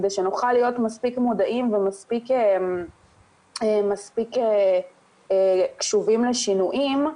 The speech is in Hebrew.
כדי שנוכל להיות מספיק מודעים ומספיק קשובים לשינויים,